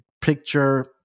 picture